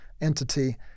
entity